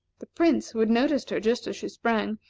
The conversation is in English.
the prince, who had noticed her just as she sprang,